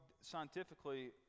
scientifically